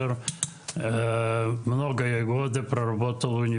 אני עבדתי שנים רבות באונ'